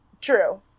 True